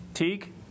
Teague